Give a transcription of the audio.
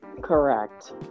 correct